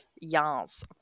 Yes